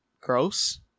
Gross